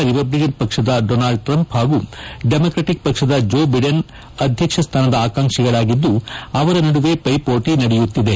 republic ಪಕ್ಷದ Donald Trump ಹಾಗೂ Democratic ಪಕ್ಷದ ಜೋ ಬಿಡನ್ ಅಧ್ಯಕ್ಷ ಸ್ವಾನದ ಆಕಾಂಕ್ಷಿಗಳಾಗಿದ್ದು ಅವರ ನಡುವೆ ವೈಪೋಟಿ ನಡೆಯುತ್ತಿದೆ